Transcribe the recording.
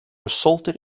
resulted